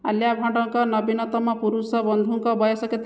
ଆଲିଆ ଭଟ୍ଟଙ୍କ ନବୀନତମ ପୁରୁଷ ବନ୍ଧୁଙ୍କ ବୟସ କେତେ